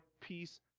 peace